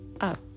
up